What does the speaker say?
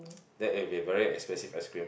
that will be a very expensive ice cream